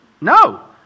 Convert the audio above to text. No